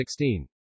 16